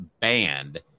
banned